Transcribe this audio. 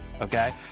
Okay